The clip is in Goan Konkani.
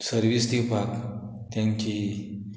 सर्वीस दिवपाक तांची